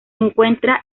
encuentra